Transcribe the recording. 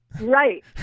Right